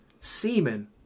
semen